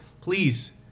please